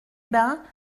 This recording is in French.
bains